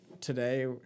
today